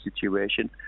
situation